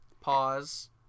Pause